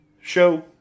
show